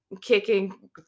kicking